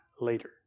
later